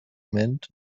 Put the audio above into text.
meant